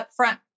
upfront